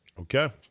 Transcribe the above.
Okay